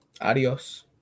Adios